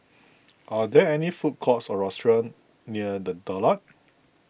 are there food courts or restaurants near the Daulat